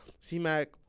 C-Mac